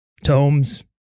Tomes